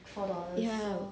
ya